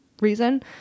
reason